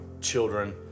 children